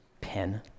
pen